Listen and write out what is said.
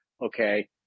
okay